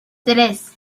tres